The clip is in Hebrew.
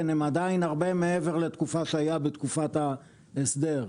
הם הרבה מעבר למה שהיה בתקופת ההסדר.